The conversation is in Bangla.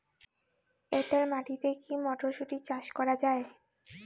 এটেল মাটিতে কী মটরশুটি চাষ করা য়ায়?